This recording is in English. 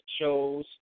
shows